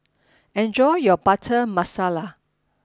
enjoy your Butter Masala